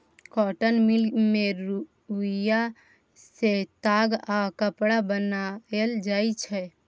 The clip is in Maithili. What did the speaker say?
कॉटन मिल मे रुइया सँ ताग आ कपड़ा बनाएल जाइ छै